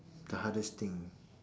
the hardest thing